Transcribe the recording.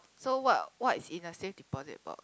so what what is in a safe deposit box